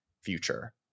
future